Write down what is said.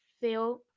feel